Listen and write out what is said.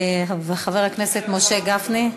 וחבר הכנסת משה גפני.